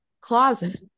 closet